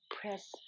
press